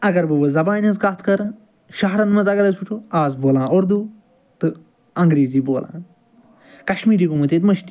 اَگر بہٕ وۄنۍ زبانہِ ہنٛز کَتھ کَرٕ شہرَن منٛز اَگر أسۍ وُچھُو آز بولان اردو تہٕ انگریٖزی بولان کشمیٖری گوٚمُت ییٚتہِ مُشتھٕے